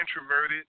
introverted